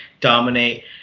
dominate